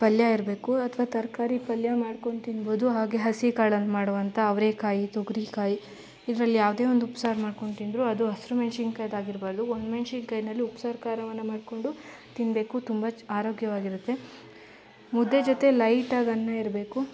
ಪಲ್ಯ ಇರಬೇಕು ಅಥವಾ ತರಕಾರಿ ಪಲ್ಯ ಮಾಡ್ಕೊಂಡು ತಿನ್ಬೋದು ಹಾಗೆ ಹಸಿ ಕಾಳಲ್ಲಿ ಮಾಡುವಂಥ ಅವರೇಕಾಯಿ ತೊಗರಿಕಾಯಿ ಇದ್ರಲ್ಲಿ ಯಾವುದೇ ಒಂದು ಉಪ್ಸಾರು ಮಾಡ್ಕೊಂಡು ತಿಂದರು ಅದು ಹಸ್ರು ಮೆಣ್ಶಿನ್ಕಾಯಿದು ಆಗಿರಬಾರ್ದು ಒಣ ಮೆಣಸಿನ್ಕಾಯ್ನಲ್ಲಿ ಉಪ್ಸಾರು ಖಾರವನ್ನು ಮಾಡಿಕೊಂಡು ತಿನ್ನಬೇಕು ತುಂಬ ಚ್ ಆರೋಗ್ಯವಾಗಿರುತ್ತೆ ಮುದ್ದೆ ಜೊತೆ ಲೈಟಾಗಿ ಅನ್ನ ಇರಬೇಕು